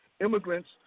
immigrants